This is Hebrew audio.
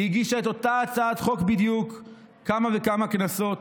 היא הגישה את אותה הצעת חוק בדיוק כמה וכמה כנסות.